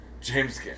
James